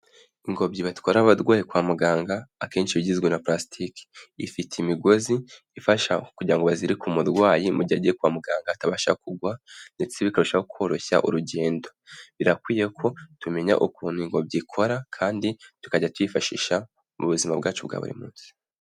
Ingobyi batwara abarwayi kwa muganga, akenshi bigizwe na plastiki. Ifite imigozi ifasha kugira ngo bazirike umurwayi mu gihe agiye kwa muganga atabasha kugwa ndetse bikarushaho koroshya urugendo. Birakwiye ko tumenya ukuntu ingobyi ikora kandi tukajya tuyifashisha mu buzima bwacu bwa buri munsi.